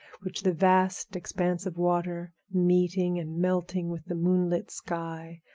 which the vast expanse of water, meeting and melting with the moonlit sky,